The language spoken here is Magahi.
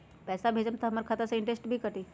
पैसा भेजम त हमर खाता से इनटेशट भी कटी?